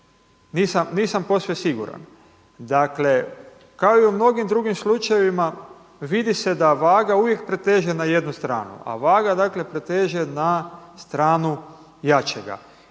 Nisam posve siguran. Dakle kao i u mnogim drugim slučajevima vidi se da vaga uvijek preteže na jednu stranu, a vaga preteže na stranu jačega.